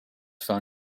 phone